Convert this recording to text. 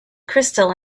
crystal